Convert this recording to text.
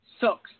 Sucks